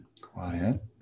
quiet